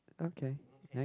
okay night